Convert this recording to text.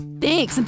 Thanks